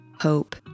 hope